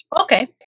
Okay